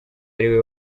ariwe